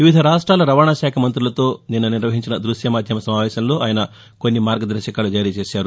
వివిధ రాష్టాల రవాణా శాఖమంతులతో నిన్న నిర్వహించిన దృశ్య మాద్యమ సమావేశంలో ఆయన కొన్ని మార్గదర్భకాలు చేశారు